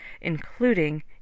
including